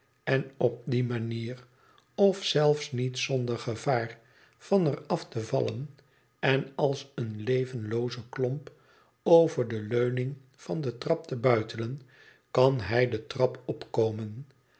en op die manier of zel niet zonder gevaar van er af te vallen en als een levenlooze klomp over de knning van de trap te buitelen kan hij de trap opkomen